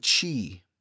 Chi